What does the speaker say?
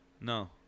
No